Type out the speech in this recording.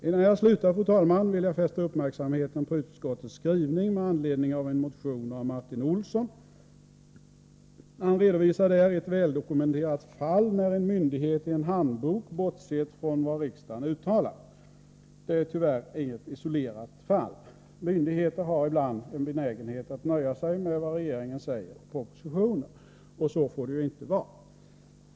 Innan jag slutar, fru talman, vill jag fästa uppmärksamheten på utskottets skrivning med anledning av en motion av Martin Olsson. I motionen redovisar han ett väldokumenterat fall när en myndighet i en handbok bortsett från vad riksdagen uttalat. Det är tyvärr inget isolerat fall. » Myndigheter har ibland en benägenhet att nöja sig med vad regeringen säger i propositioner. Så får det inte vara.